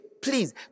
please